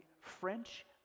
French